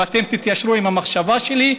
ואתם תתיישרו עם המחשבה שלי,